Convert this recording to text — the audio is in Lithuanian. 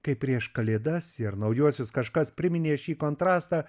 kaip prieš kalėdas ir naujuosius kažkas priminė šį kontrastą